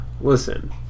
Listen